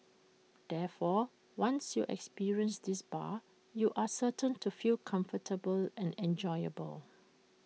therefore once you experience this bar you are certain to feel comfortable and enjoyable